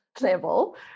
level